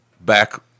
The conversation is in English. Back